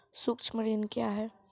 सुक्ष्म ऋण क्या हैं?